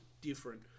different